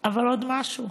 אבל עוד משהו.